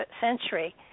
century